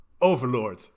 Overlord